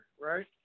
right